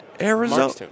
Arizona